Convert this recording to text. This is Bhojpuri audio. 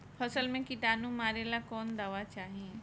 फसल में किटानु मारेला कौन दावा चाही?